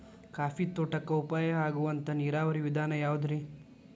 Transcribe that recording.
Coffee ತೋಟಕ್ಕ ಉಪಾಯ ಆಗುವಂತ ನೇರಾವರಿ ವಿಧಾನ ಯಾವುದ್ರೇ?